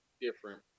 different